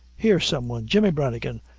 here some one! jemmy branigan!